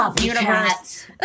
universe